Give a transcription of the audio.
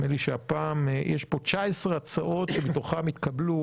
נדמה לי הפעם יש 19 הצעות מתוכן התקבלו